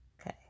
Okay